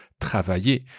travailler